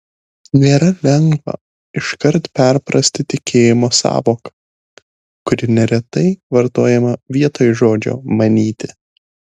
nėra lengva iškart perprasti tikėjimo sąvoką kuri neretai vartojama vietoj žodžio manyti